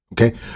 Okay